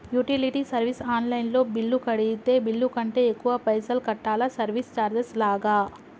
Utility service online లో bill కడితే bill కంటే ఎక్కువ పైసల్ కట్టాలా సర్వీస్ చార్జెస్ లాగా?